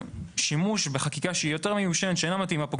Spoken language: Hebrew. שימוש בחקיקה שהיא יותר מיושנת ואינה מתאימה פה,